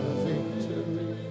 victory